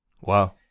Wow